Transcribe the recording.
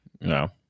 no